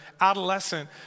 adolescent